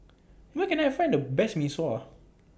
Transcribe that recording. Where Can I Find The Best Mee Sua